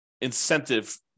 incentive